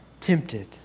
tempted